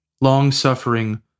long-suffering